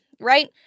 right